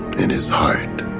in his heart,